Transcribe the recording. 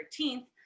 13th